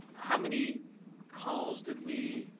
how many calls did we